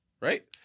right